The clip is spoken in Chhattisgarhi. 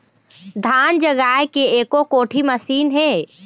धान जगाए के एको कोठी मशीन हे?